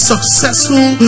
successful